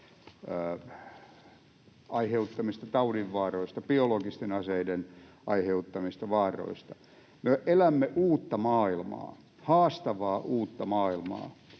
aiheuttamista taudinvaaroista, biologisten aseiden aiheuttamista vaaroista. Me elämme uutta maailmaa, haastavaa uutta maailmaa,